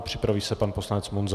Připraví se pan poslanec Munzar.